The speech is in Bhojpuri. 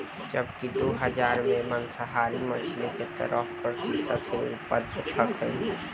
जबकि दू हज़ार में ओजन के हिसाब से मांसाहारी मछली के तेरह प्रतिशत ही उत्तपद भईलख